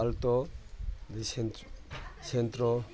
ꯑꯜꯇꯣ ꯑꯗꯒꯤ ꯁꯦꯟꯇꯔꯣ